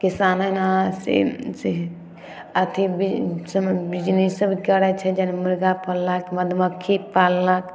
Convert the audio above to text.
किसान हइ ने से से अथी सबमे बि बिजनेससब करै छै जानू मुरगा पाललक मधुमक्खी पाललक